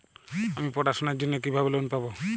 আমি পড়াশোনার জন্য কিভাবে লোন পাব?